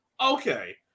Okay